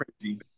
crazy